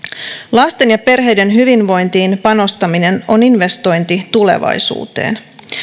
lasten ja perheiden hyvinvointiin panostaminen on investointi tulevaisuuteen